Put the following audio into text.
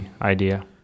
idea